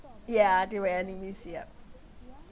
ya they were enemies yeap